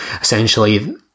essentially